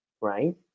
Right